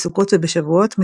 בסוכות ובשבועות,